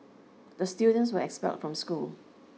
the students were expelled from school